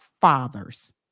fathers